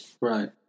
Right